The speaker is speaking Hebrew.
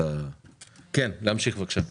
נמשיך בבקשה.